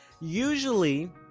usually